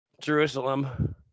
Jerusalem